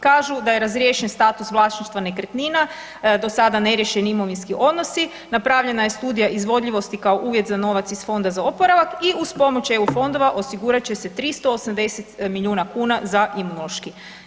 Kažu da je razriješen status vlasništva nekretnina, dosada neriješeni imovinski odnosi, napravljena je studija izvodljivosti kao uvjet za novac iz Fonda za oporavak i uz pomoć EU fondova osigurat će se 380 milijuna kn za Imunološki.